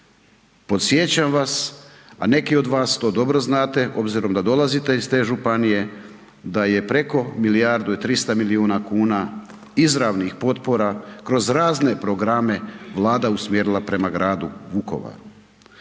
Podsjećam vas, a neki od vas to dobro znate obzirom da dolazite iz te županije, da je preko milijardu i 300 milijuna kuna izravnih potpora kroz razne programe Vlada usmjerila prema gradu Vukovaru.